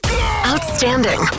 Outstanding